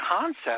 concept